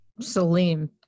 Salim